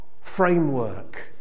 framework